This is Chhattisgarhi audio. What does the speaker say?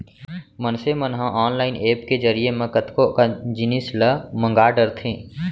मनसे मन ह ऑनलाईन ऐप के जरिए म कतको अकन जिनिस ल मंगा डरथे